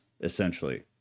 essentially